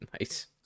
Nice